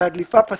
והדליפה פסקה,